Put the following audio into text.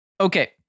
Okay